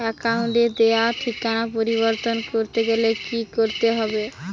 অ্যাকাউন্টে দেওয়া ঠিকানা পরিবর্তন করতে গেলে কি করতে হবে?